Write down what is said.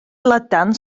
lydan